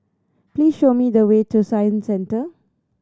please show me the way to Science Centre